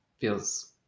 feels